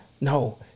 No